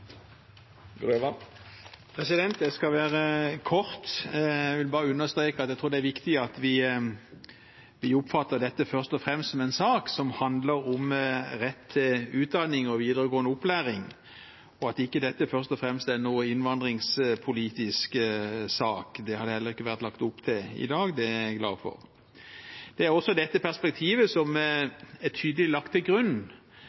viktig at vi oppfatter dette først og fremst som en sak som handler om rett til utdanning og videregående opplæring, og ikke først og fremst som en innvandringspolitisk sak. Det har det heller ikke vært lagt opp til i dag, og det er jeg glad for. Det er også dette perspektivet som er tydelig lagt til grunn